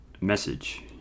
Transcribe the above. message